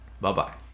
Bye-bye